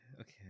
okay